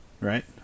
right